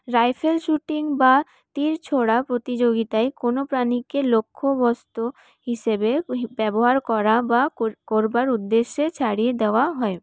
rifle shooting বা তীর ছোঁড়া প্রতিযোগিতায় কোন প্রাণীকে লক্ষ্যবস্তু হিসেবে ব্যবহার করা বা করবার উদ্দেশ্যে ছাড়িয়ে দেওয়া হয়